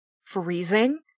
freezing